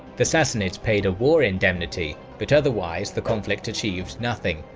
the sassanids paid a war indemnity, but otherwise, the conflict achieved nothing,